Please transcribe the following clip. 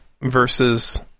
versus